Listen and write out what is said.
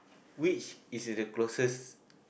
which is the closest